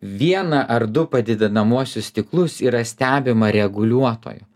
vieną ar du padidinamuosius stiklus yra stebima reguliuotojo